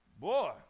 Boy